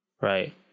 Right